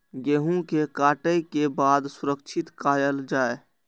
गेहूँ के काटे के बाद सुरक्षित कायल जाय?